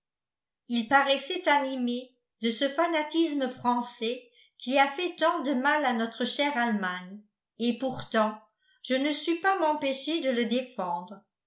il paraissait animé de ce fanatisme français qui a fait tant de mal à notre chère allemagne et pourtant je ne sus pas m'empêcher de le défendre